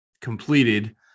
completed